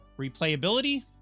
Replayability